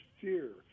fear